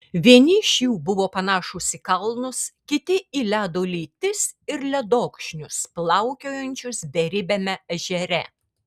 vieni iš jų buvo panašūs į kalnus kiti į ledo lytis ir ledokšnius plaukiojančius beribiame ežere